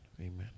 Amen